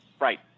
Right